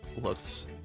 looks